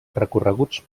recorreguts